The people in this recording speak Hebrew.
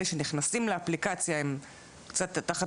האם אלה שנמצאים באפליקציה נמצאים תחת